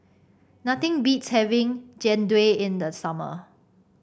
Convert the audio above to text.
nothing beats having Jian Dui in the summer